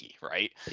Right